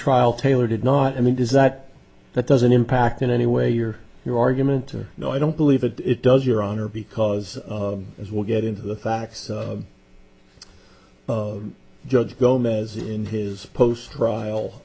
trial taylor did not i mean is that that doesn't impact in any way your your argument or no i don't believe it it does your honor because as we'll get into the facts judge gomez in his post trial